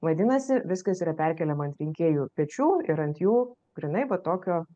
vadinasi viskas yra perkeliama ant rinkėjų pečių ir ant jų grynai va tokio